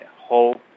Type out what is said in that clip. hope